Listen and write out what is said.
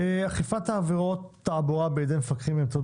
אכיפת עבירות תעבורה בידי מפקחים באמצעות